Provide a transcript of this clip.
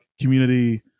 community